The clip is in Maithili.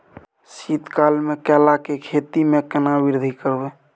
शीत काल मे केला के खेती में केना वृद्धि करबै?